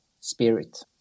spirit